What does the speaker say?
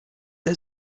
der